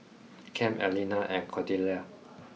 Kem Allena and Cordelia